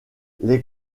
les